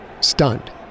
stunned